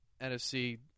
NFC